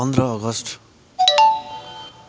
पन्ध्र अगस्त